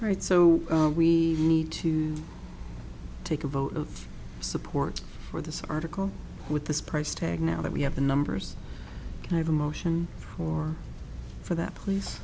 right so we need to take a vote of support for this article with this price tag now that we have the numbers we have in motion or for that please